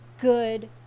good